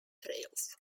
trails